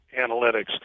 analytics